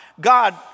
God